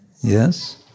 yes